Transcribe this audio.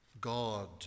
God